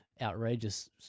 outrageous